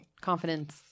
Confidence